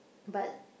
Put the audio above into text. but